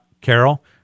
Carol